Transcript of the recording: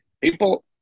people